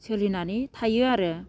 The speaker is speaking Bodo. सोलिनानै थायो आरो